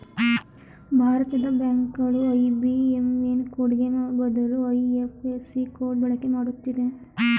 ಭಾರತದ ಬ್ಯಾಂಕ್ ಗಳು ಐ.ಬಿ.ಎಂ.ಎನ್ ಕೋಡ್ಗೆ ಬದಲು ಐ.ಎಫ್.ಎಸ್.ಸಿ ಕೋಡ್ ಬಳಕೆ ಮಾಡುತ್ತಿದೆ